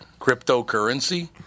Cryptocurrency